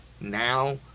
now